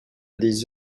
des